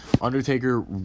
Undertaker